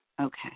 Okay